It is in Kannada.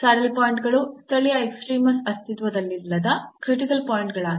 ಸ್ಯಾಡಲ್ ಪಾಯಿಂಟ್ಗಳು ಸ್ಥಳೀಯ ಎಕ್ಸ್ಟ್ರೀಮ ಅಸ್ತಿತ್ವದಲ್ಲಿಲ್ಲದ ಕ್ರಿಟಿಕಲ್ ಪಾಯಿಂಟ್ ಗಳಾಗಿವೆ